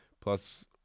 Plus